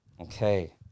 Okay